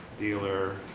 dealer,